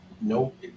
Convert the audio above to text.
nope